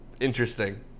Interesting